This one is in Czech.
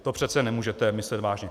To přece nemůžete myslet vážně.